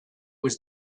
was